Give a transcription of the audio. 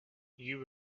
you